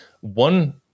one